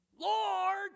Lord